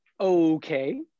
okay